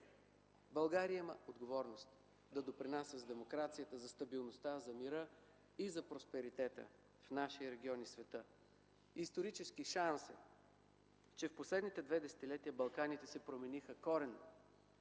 България има отговорност да допринася за демокрацията, за стабилността, за мира и за просперитета в нашия регион и света. Исторически шанс е, че в последните две десетилетия Балканите се промениха коренно.